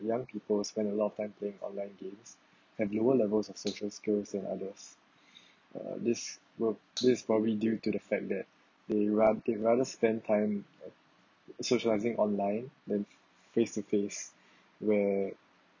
young people spend a lot of time playing online games and lower levels of social skills and others uh this w~ this is probably due to the fact that they ra~ they rather spend time socializing online than face to face where